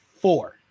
four